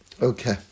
Okay